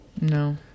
No